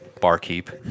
Barkeep